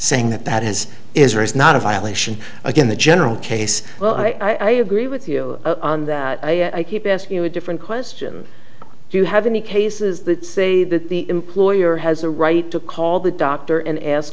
saying that that is is or is not a violation again the general case well i agree with you on that i ask you a different question do you have any cases that say that the employer has the right to call the doctor and ask